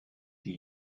die